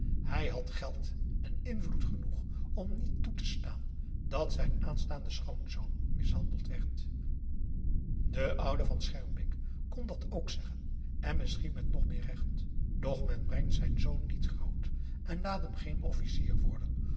hij had geld en invloed genoeg om niet toe te staan dat zijn aanstaande schoonzoon mishandeld werd de oude van schermbeek kon dat ook zeggen en misschien met nog meer recht doch men brengt zijn zoon niet groot en laat hem geen officier worden